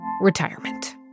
retirement